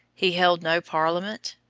he held no parliament,